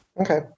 Okay